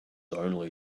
only